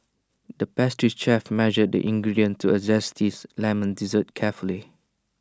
the pastry chef measured the ingredients to A zest teeth Lemon Dessert carefully